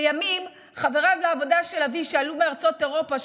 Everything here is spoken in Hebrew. לימים חבריו לעבודה של אבי שעלו מארצות אירופה,